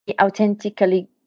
authentically